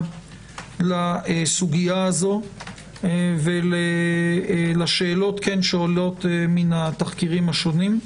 לסוגיה הזו ולשאלות שעולות מהתחקירים השונים.